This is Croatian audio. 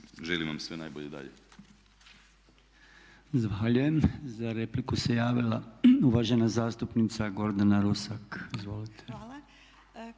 želim vam sve najbolje i dalje.